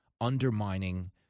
undermining